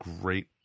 great